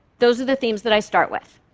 those are the themes that i start with.